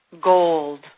gold